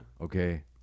Okay